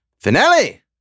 finale